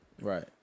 Right